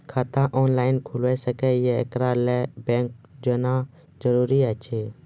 खाता ऑनलाइन खूलि सकै यै? एकरा लेल बैंक जेनाय जरूरी एछि?